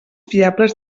fiables